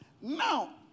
Now